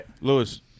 Lewis